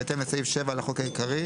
בהתאם לסעיף 7 לחוק העיקרי,